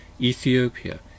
Ethiopia